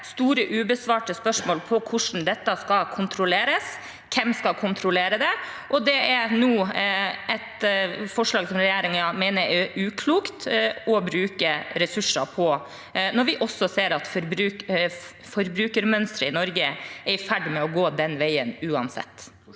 store, ubesvarte spørsmål om hvordan dette skal kontrolleres. Hvem skal kontrollere det? Dette er et forslag som regjeringen mener det er uklokt å bruke ressurser på nå, når vi også ser at forbrukermønsteret i Norge er i ferd med å gå den veien uansett.